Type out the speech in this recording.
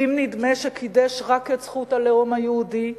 ואם נדמה שקידש רק את זכות הלאום היהודי,